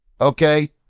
okay